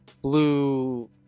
blue